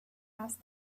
asked